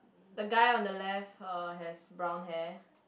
the guy on the left uh has brown hair